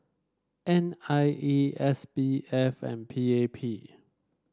N I E S B F and P A P